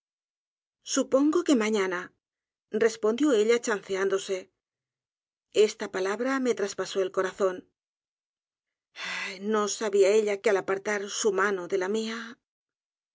supongo que mañana respondió ella chanceándose esta palabra me traspasó el corazón ah no sabia ella que al apartar su mano de la mia